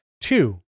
two